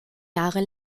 jahre